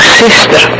sister